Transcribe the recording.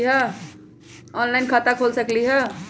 Online खाता खोल सकलीह?